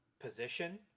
position